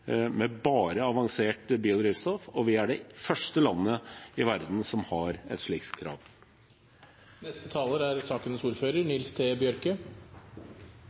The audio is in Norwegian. med bare avansert biodrivstoff, og vi er det første landet i verden som har et slikt krav. Eg tykkjer at debatten her i dag, og ikkje minst innlegget frå leiaren i energikomiteen, er